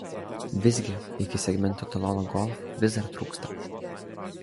visgi iki segmento etalono golf vis dar trūksta